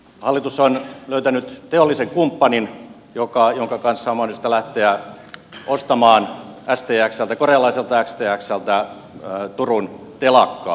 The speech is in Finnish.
hallitus on löytänyt teollisen kumppanin jonka kanssa on mahdollista lähteä ostamaan korealaiselta stxltä turun telakkaa